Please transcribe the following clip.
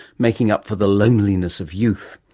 making up for the loneliness of youth.